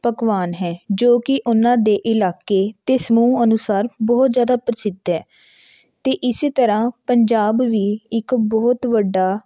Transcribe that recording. ਪਕਵਾਨ ਹੈ ਜੋ ਕਿ ਉਹਨਾਂ ਦੇ ਇਲਾਕੇ ਅਤੇ ਸਮੂਹ ਅਨੁਸਾਰ ਬਹੁਤ ਜ਼ਿਆਦਾ ਪ੍ਰਸਿੱਧ ਹੈ ਅਤੇ ਇਸੇ ਤਰ੍ਹਾਂ ਪੰਜਾਬ ਵੀ ਇੱਕ ਬਹੁਤ ਵੱਡਾ